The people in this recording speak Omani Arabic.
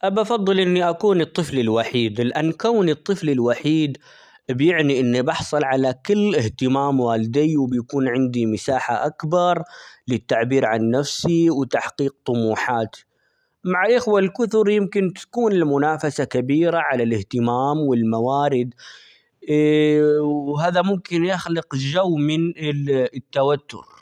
بفضل إني أكون الطفل الوحيد، لأن كوني الطفل الوحيد بيعني إني بحصل على كل اهتمام والداي ،وبيكون عندي مساحه أكبر للتعبير عن نفسي وتحقيق طموحات ،مع إخوة الكثر يمكن تكون المنافسه كبيره على الاهتمام ،والموارد ،وهذا ممكن يخلق الجو من -ال-التوتر.